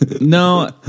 No